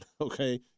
okay